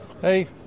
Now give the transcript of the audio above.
Hey